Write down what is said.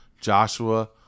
Joshua